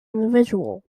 individual